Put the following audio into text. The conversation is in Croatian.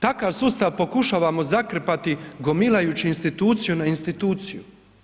Takav sustav pokušavamo zakrpati gomilajući instituciju na instituciju.